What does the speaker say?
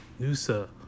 Nusa